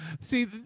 see